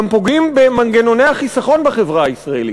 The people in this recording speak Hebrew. גם פוגעים במנגנוני החיסכון בחברה הישראלית.